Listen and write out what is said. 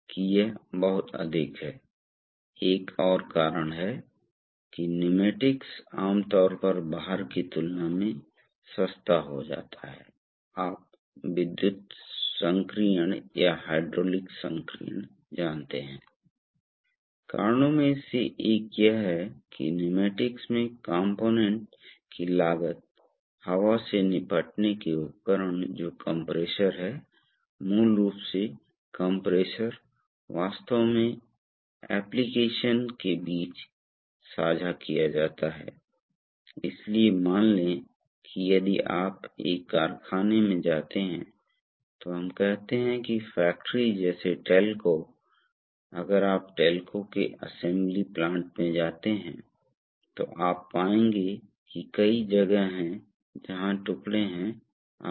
तो यह pilot port है ठीक है मान लीजिए कि सबसे पहले हम इसे बंद रखते हैं यदि आप इसे बंद रखते हैं मान लें कि यह सील है आम तौर पर तरल पदार्थ इस के माध्यम से बेहता है इस या इसके विपरीत बाहर जा रहा है यह हाँ है यह इसके माध्यम से जा रहा है और नाकि इसकी वजह से यह वास्तव में क्या होता है तरल पदार्थ इस टैंक के माध्यम से बह रहा है और निकल रहा है ठीक है क्षमा करें यह है हाँ वास्तव में सही है सही है इसलिए यह तरल पदार्थ गुजर रहा है जैसे कि यह इनलेट पोर्ट है और यह आउटलेट पोर्ट है और आप देखते हैं कि यह सब है यह वास्तव में खोखला है लेकिन ऐसा है और यहाँ एक छोटा सा छेद है मामूली केशिका की तरह ओपेनिंग जिसे नहीं दिखाया गया है मैं इसे पूरा बना रहा हूं